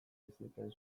bizipen